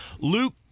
Luke